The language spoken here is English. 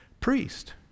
priest